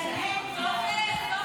ההסתייגות לא התקבלה.